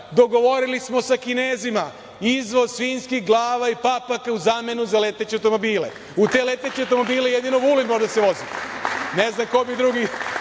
dogovorili smo sa Kinezima izvoz svinjskih glava i papaka u zamenu za leteće automobile, u te leteće automobile jedino Vulin može da se vozi. Ne znam ko bi drugi